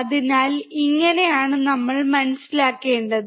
അതിനാൽ ഇങ്ങനെയാണ് നമ്മൾ മനസ്സിലാക്കേണ്ടത്